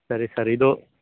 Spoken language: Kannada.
ಸರಿ ಸರ್ ಇದು